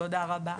תודה רבה.